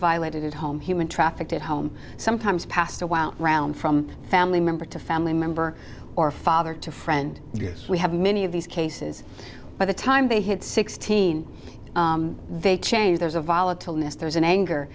violated at home human trafficked at home sometimes past a while around from family member to family member or father to friend we have many of these cases by the time they hit sixteen they change there's a volatile ness there's an anger